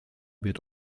wird